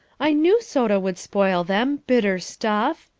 i knew soda would spoil them, bitter stuff!